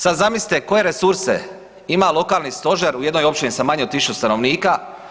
Sada zamislite koje resurse ima lokalni stožer u jednoj općini sa manje od tisuću stanovnika.